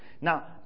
Now